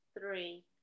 three